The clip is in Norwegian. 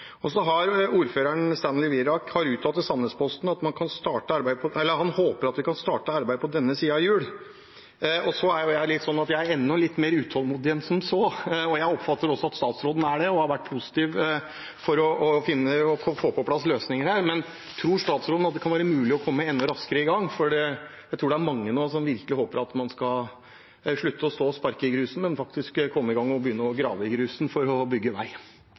Wirak har uttalt til Sandnesposten at han håper at vi kan starte arbeidet på denne siden av jul. Jeg er litt sånn at jeg er enda litt mer utålmodig enn som så, og jeg oppfatter også at statsråden er det og har vært positiv for å få på plass løsninger her. Tror statsråden at det kan være mulig å komme enda raskere i gang? Jeg tror det er mange nå som virkelig håper at man skal slutte å stå og sparke i grusen, og faktisk komme i gang og begynne å grave i grusen for å bygge vei.